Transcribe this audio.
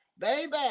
baby